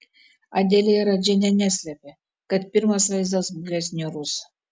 adelija radžienė neslėpė kad pirmas vaizdas buvęs niūrus